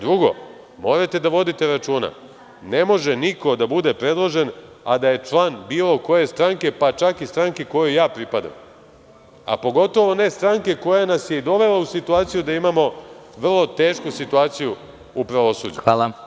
Drugo, morate da vodite računa, ne može niko da bude predložen, a da je član bilo koje stranke, pa čak i stranke kojoj ja pripadam, a pogotovo ne stranke koja nas je i dovela u situaciju da imamo vrlo tešku situaciju u pravosuđu.